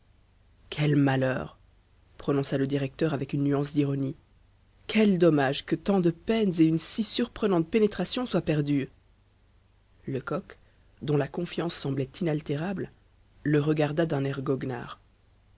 quel malheur prononça le directeur avec une nuance d'ironie quel dommage que tant de peines et une si surprenante pénétration soient perdues lecoq dont la confiance semblait inaltérable le regarda d'un air goguenard